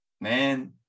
man